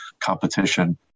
competition